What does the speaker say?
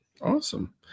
Awesome